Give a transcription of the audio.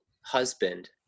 husband